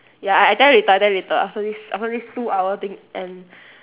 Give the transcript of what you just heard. ya I I tell you later I tell you later after this after this two hour thing end